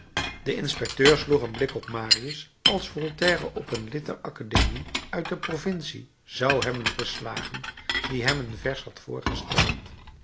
de inspecteur sloeg een blik op marius als voltaire op een lid der academie uit de provincie zou hebben geslagen die hem een vers had voorgesteld